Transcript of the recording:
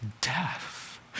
death